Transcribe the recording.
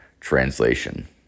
translation